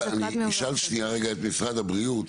אני אשאל רגע את משרד הבריאות,